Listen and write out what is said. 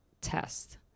test